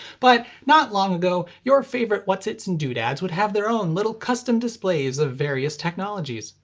but not long ago, your favorite whatsits and doodads would have their own little custom displays of various technologies.